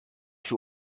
für